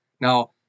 Now